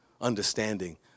understanding